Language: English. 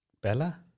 Bella